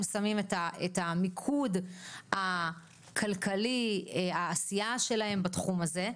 שמים את המיקוד הכלכלי ואת העשייה שלהם בתחום הזה.